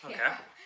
Okay